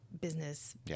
business